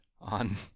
on